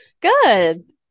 Good